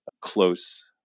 close